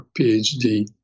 PhD